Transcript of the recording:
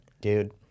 dude